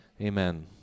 amen